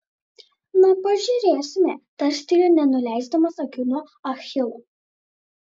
na pažiūrėsime tarstelėjo nenuleisdamas akių nuo achilo